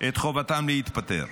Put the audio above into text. את חובתם להתפטר.